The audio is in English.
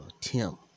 Tim